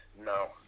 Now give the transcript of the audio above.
No